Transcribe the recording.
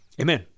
Amen